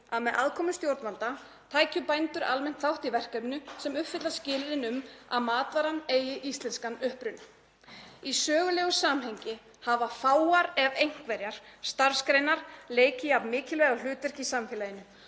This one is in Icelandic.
að með aðkomu stjórnvalda tækju bændur almennt þátt í verkefninu sem uppfylla skilyrðin um að matvaran eigi íslenskan uppruna. Í sögulegu samhengi hafa fáar ef einhverjar starfsgreinar leikið jafn mikilvægt hlutverk í samfélaginu.